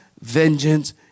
vengeance